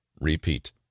repeat